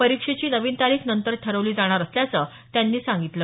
परीक्षेची नवीन तारीख नंतर ठरवली जाणार असल्याचं त्यांनी सांगितलं